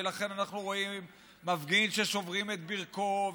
לכן אנחנו רואים מפגין ששוברים את ברכו,